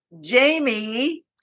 Jamie